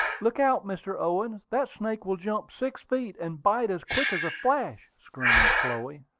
look out, mr. owen! that snake will jump six feet, and bite as quick as a flash, screamed chloe.